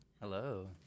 Hello